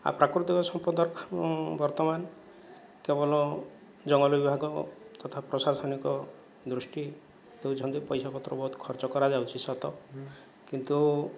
ଆଉ ପ୍ରାକୃତିକ ସମ୍ପଦ ବର୍ତ୍ତମାନ କେବଲ ଜଙ୍ଗଲ ବିଭାଗ ତଥା ପ୍ରଶାସନିକ ଦୃଷ୍ଟି ଦଉଛନ୍ତି ପଇସା ପତର ବହୁତ ଖର୍ଚ୍ଚ କରାଯାଉଛି ସତ କିନ୍ତୁ